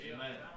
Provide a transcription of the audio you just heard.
Amen